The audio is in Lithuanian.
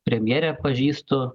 premjerę pažįstu